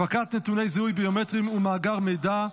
הפקת נתוני זיהוי ביומטריים ומאגר מידע,